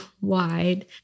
wide